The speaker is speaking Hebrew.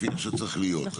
לפי איך שצריך להיות.